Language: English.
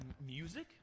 music